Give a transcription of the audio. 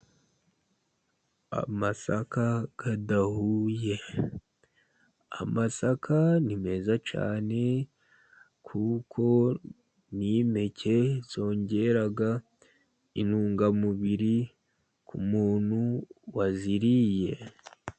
Amasaka adahuye. Amasaka ni meza cyane, kuko ni Impeke zongera intungamubiri ku muntu waziriye.